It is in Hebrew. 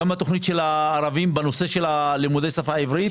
גם בתוכנית של הערבים בנושא של לימודי שפה עברית.